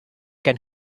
can